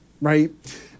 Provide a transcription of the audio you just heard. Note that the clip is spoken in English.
right